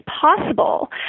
possible